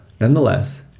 Nonetheless